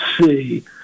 see